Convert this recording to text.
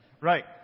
Right